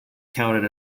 counted